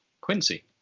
Quincy